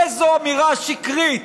איזו אמירה שקרית.